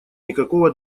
никакого